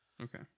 Okay